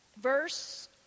Verse